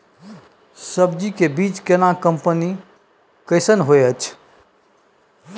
सब्जी के बीज केना कंपनी कैसन होयत अछि?